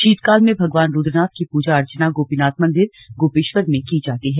शीतकाल में भगवान रुद्रनाथ की पूजा अर्चना गोपीनाथ मंदिर गोपेश्वर में की जाती हैं